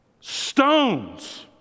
stones